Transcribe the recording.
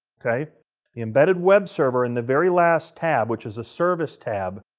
okay the embedded web server, in the very last tab, which is a service tab,